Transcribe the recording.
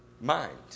mind